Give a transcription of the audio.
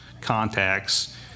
contacts